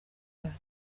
bwacu